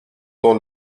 dans